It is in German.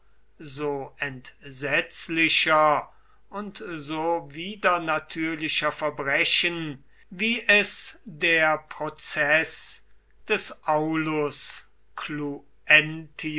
so entsetzlicher und so widernatürlicher verbrechen wie es der prozeß des aulus